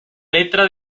letra